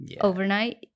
Overnight